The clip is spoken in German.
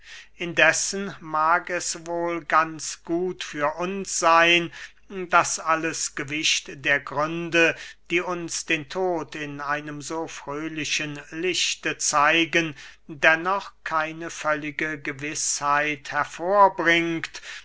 indessen mag es wohl ganz gut für uns seyn daß alles gewicht der gründe die uns den tod in einem so fröhlichen lichte zeigen dennoch keine völlige gewißheit hervorbringt